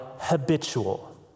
habitual